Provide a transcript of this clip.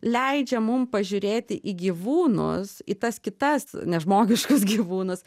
leidžia mum pažiūrėti į gyvūnus į tas kitas nežmogiškus gyvūnus